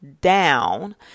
down